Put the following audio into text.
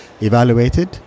evaluated